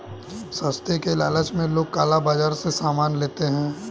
सस्ते के लालच में लोग काला बाजार से सामान ले लेते हैं